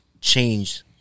Change